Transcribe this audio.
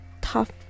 tough